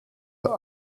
der